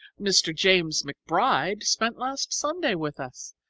mr. james mcbride spent last sunday with us.